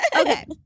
Okay